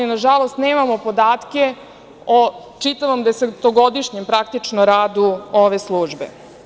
Nažalost, nemamo podatke o čitavom desetogodišnjem radu ove službe.